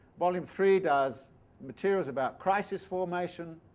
volume three does materials about crisis formation,